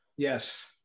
Yes